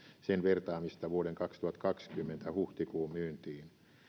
sen vertaamista vuoden kaksituhattakaksikymmentä huhtikuun myyntiin